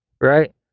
right